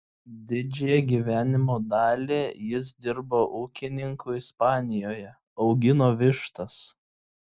didžiąją gyvenimo dalį jis dirbo ūkininku ispanijoje augino vištas